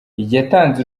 yatanze